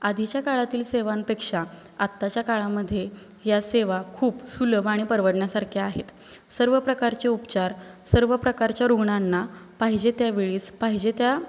आधीच्या काळातील सेवांपेक्षा आत्ताच्या काळामध्ये या सेवा खूप सुलभ आणि परवडण्यासारख्या आहेत सर्व प्रकारचे उपचार सर्व प्रकारच्या रुग्णांना पाहिजे त्यावेळीस पाहिजे त्या